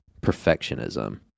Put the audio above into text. perfectionism